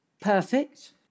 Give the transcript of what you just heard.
Perfect